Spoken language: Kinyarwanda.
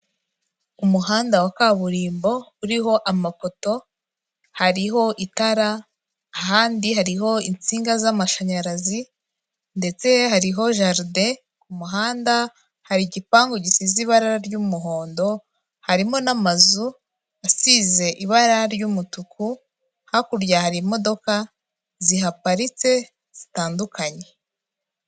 Umuhanda wa kaburimbo, uriho amapoto hariho itara, ahandi hariho insinga z'amashanyarazi ndetse hariho jaride, ku muhanda hari igipangu gisize ibara ry'umuhondo, harimo n'amazu asize ibara ry'umutuku, hakurya harimo zihaparitse zitandukanye.